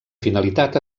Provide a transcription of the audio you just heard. finalitat